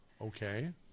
Okay